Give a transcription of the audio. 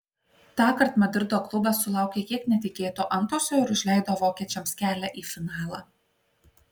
tąkart madrido klubas sulaukė kiek netikėto antausio ir užleido vokiečiams kelią į finalą